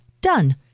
Done